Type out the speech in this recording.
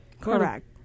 Correct